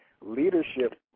Leadership